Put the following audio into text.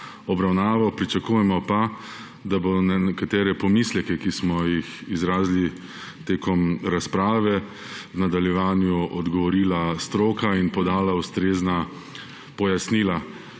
obravnavo. Pričakujemo pa, da bo na nekatere pomisleke, ki smo jih izrazili med razpravo, v nadaljevanju odgovorila stroka in podala ustrezna pojasnila.